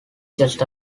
just